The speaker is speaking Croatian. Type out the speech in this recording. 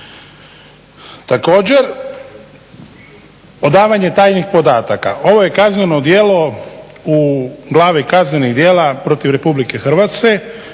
Također, odavanje tajnih podataka. Ovo je kazneno djelo u glavi kaznenih djela protiv RH, tko smije